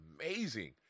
amazing